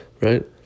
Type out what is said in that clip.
Right